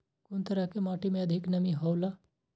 कुन तरह के माटी में अधिक नमी हौला?